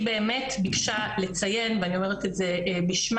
היא באמת ביקשה לציין ואני אומרת את זה בשמה,